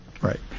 right